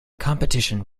competition